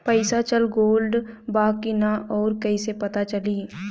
पइसा चल गेलऽ बा कि न और कइसे पता चलि?